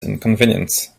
inconvenience